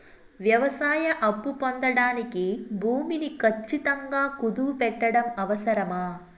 వ్యవసాయ అప్పు పొందడానికి భూమిని ఖచ్చితంగా కుదువు పెట్టడం అవసరమా?